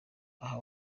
aha